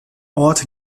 ort